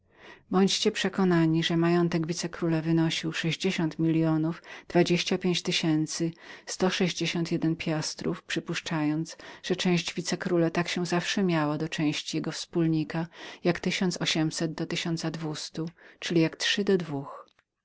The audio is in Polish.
bądźcie panowie przekonani że majątek wicekróla wynosił sześćdziesiąt milionów dwadzieścia pięć tysięcy sto sześćdziesiąt jeden piastrów przypuszczając że część wicekróla tak się zawsze miała do części jego wspólnika jak tysiąc ośmset do tysiąca dwiestu czyli jak trzy do dwóch